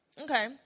Okay